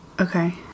Okay